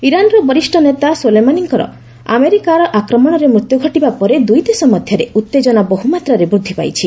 ଇରାନର ବରିଷ୍ଣ ନେତା ସୋଲେମାନିଙ୍କର ଆମେରିକା ଆକ୍ରମଣରେ ମୃତ୍ୟୁ ଘଟିବା ପରେ ଦୁଇଦେଶ ମଧ୍ୟରେ ଉତ୍ତେଜନା ବହୁମାତ୍ରାରେ ବୃଦ୍ଧି ପାଇଛି